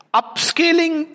upscaling